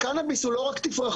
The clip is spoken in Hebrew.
הקנאביס הוא לא רק תפרחות,